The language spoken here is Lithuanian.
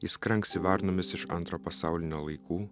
jis kranksi varnomis iš antro pasaulinio laikų